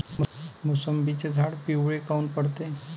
मोसंबीचे झाडं पिवळे काऊन पडते?